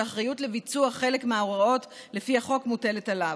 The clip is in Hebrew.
שהאחריות לביצוע חלק מההוראות לפי החוק מוטלת עליו.